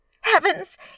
Heavens